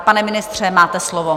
Pane ministře, máte slovo.